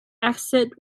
acid